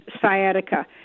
sciatica